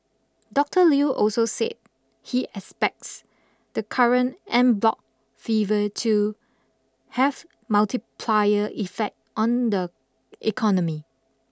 Doctor Lew also said he expects the current en bloc fever to have multiplier effect on the economy